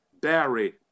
Barry